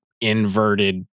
inverted